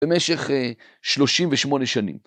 במשך 38 שנים.